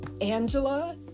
Angela